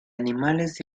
animales